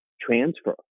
transfer